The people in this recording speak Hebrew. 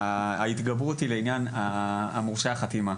ההתגברות היא לעניין מורשי החתימה.